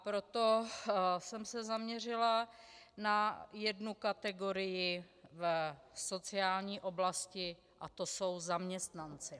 Proto jsem se zaměřila na jednu kategorii v sociální oblasti a to jsou zaměstnanci.